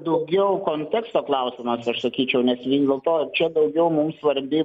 daugiau konteksto klausimas aš sakyčiau nes vien dėl to čia daugiau mums svarbi